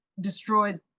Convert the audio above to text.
destroyed